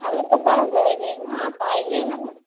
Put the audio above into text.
अरे तो बढ़ जाएगी न आप आइए न